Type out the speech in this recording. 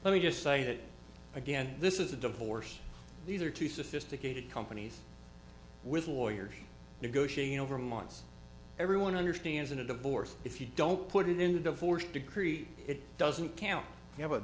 let me just say that again this is a divorce these are two sophisticated companies with lawyers negotiating over months everyone understands in a divorce if you don't put it in the divorce decree it doesn't count you have a